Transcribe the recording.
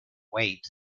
weight